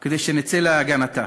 כדי שנצא להגנתה.